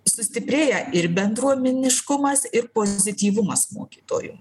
sustiprėja ir bendruomeniškumas ir pozityvumas mokytojų